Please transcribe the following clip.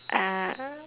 uh